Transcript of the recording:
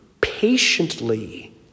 Patiently